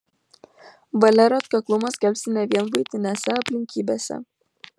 valia ir atkaklumas gelbsti ne vien buitinėse aplinkybėse